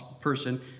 person